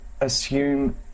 assume